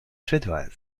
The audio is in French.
suédoise